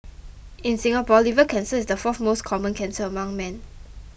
in Singapore liver cancer is the fourth most common cancer among men